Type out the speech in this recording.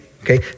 okay